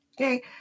okay